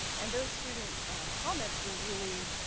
and those student comments were really